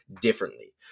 differently